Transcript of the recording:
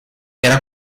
era